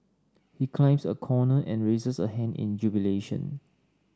he climbs a corner and raises a hand in jubilation